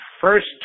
first